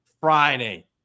Friday